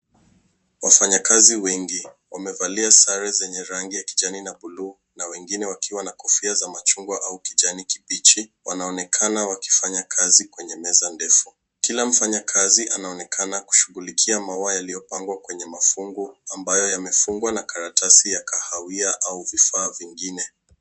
Wafanyikazi wengi wamevalia sare zenye rangi ya kijani na buluu na wengine wakiwa na kofia za machungwa au kijani kibichi, wanaonekana wakifanya kazi kwenye meza ndefu. Kila mfanyakazi anaonekana kushughulikia maua yaliyopangwa kwenye mafungu, ambayo yamefungwa na karatasi ya kahawia au vifaa vingine.